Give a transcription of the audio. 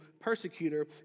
persecutor